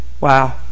Wow